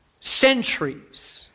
centuries